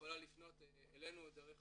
יכולה לפנות אלינו דרך